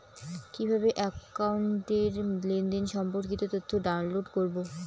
কিভাবে একাউন্টের লেনদেন সম্পর্কিত তথ্য ডাউনলোড করবো?